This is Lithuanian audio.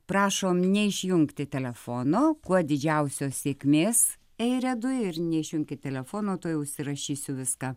prašom neišjungti telefono kuo didžiausios sėkmės eiridui ir neišjunkit telefono tuoj užsirašysiu viską